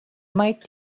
might